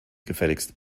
gefälligst